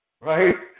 Right